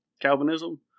Calvinism